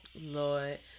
Lord